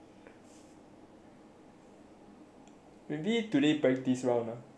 maybe today practice round mah if if got the noise